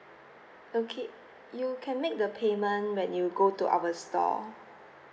okay you can make the payment when you go to our store